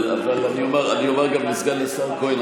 אני אומר גם לסגן השר כהן,